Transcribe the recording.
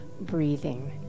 breathing